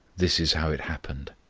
this is how it happened.